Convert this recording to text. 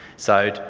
so,